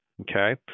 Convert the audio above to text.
okay